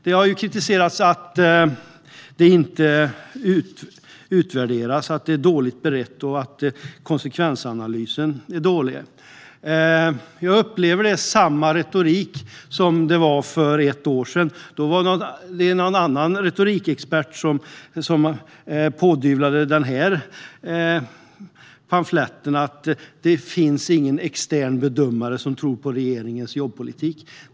Det har kritiserats att förslaget inte har utvärderats, att det är dåligt berett och att konsekvensanalysen är dålig. Jag upplever att det är samma retorik som för ett år sedan. Då var det någon annan retorikexpert som kom med påståendet att det inte fanns någon extern bedömare som trodde på regeringens jobbpolitik.